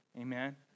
Amen